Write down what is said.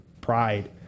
pride